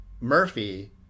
Murphy